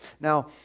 Now